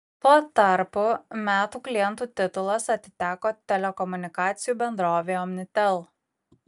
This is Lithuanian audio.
tuo tarpu metų klientų titulas atiteko telekomunikacijų bendrovei omnitel